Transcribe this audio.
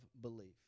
belief